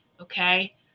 okay